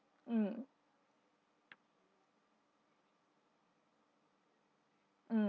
mm mm